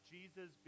Jesus